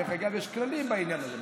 דרך אגב, יש כללים בעניין הזה.